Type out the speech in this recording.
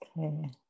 Okay